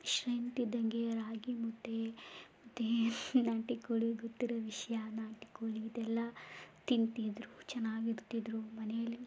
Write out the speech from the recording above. strength ಇದ್ದಂತೆ ರಾಗಿಮುದ್ದೆ ಮತ್ತು ನಾಟಿಕೋಳಿ ಗೊತ್ತಿರೋ ವಿಷಯ ನಾಟಿಕೋಳಿ ಇದೆಲ್ಲ ತಿಂತಿದ್ದರು ಚೆನ್ನಾಗಿರ್ತಿದ್ದರು ಮನೆಯಲ್ಲೇ